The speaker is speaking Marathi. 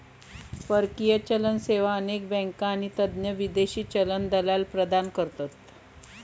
परकीय चलन सेवा अनेक बँका आणि तज्ञ विदेशी चलन दलाल प्रदान करतत